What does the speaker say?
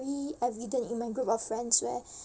~ry evident in my group of friends where